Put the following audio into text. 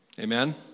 Amen